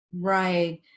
Right